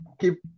Keep